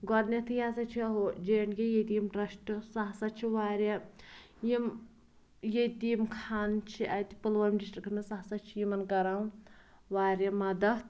گۄڈٕنٮ۪تھٕے ہَسا چھےٚ ہُہ جے اینٛڈ کے یتیٖم ٹرٛسٹ سُہ ہَسا چھِ واریاہ یِم ییٚتہِ یِم خانہٕ چھِ اَتہِ پُلوٲم ڈِسٹرکَس منٛز سُہ ہَسا چھِ یِمَن کَران واریاہ مَدتھ